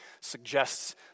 suggests